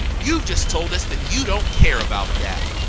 you've just told us that you don't care about that.